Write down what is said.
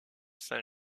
saint